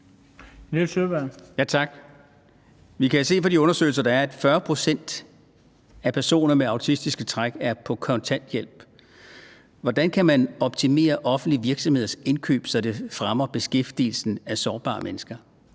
Nils Sjøberg (RV): Tak. Vi kan se ud fra de undersøgelser, der er, at 40 pct. af personer med autistiske træk er på kontanthjælp. Hvordan kan man optimere offentlige virksomheders indkøb, så det fremmer beskæftigelsen af sårbare mennesker?